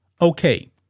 Okay